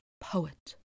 poet